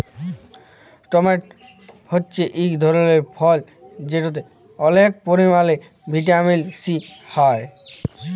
tomato হছে ইক ধরলের ফল যেটতে অলেক পরিমালে ভিটামিল সি হ্যয়